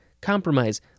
Compromise